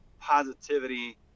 positivity